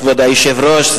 כבוד היושב-ראש,